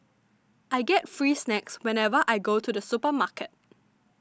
I get free snacks whenever I go to the supermarket